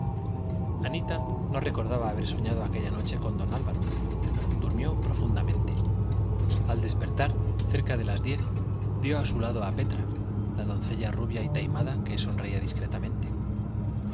anita no recordaba haber soñado aquella noche con don álvaro durmió profundamente al despertar cerca de las diez vio a su lado a petra la doncella rubia y taimada que sonreía discretamente